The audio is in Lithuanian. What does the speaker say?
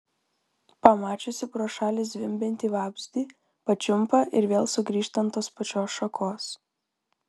pamačiusi pro šalį zvimbiantį vabzdį pačiumpa ir vėl sugrįžta ant tos pačios šakos